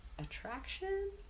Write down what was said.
attraction